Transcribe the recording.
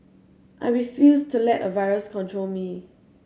I refused to let a virus control me